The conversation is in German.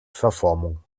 verformung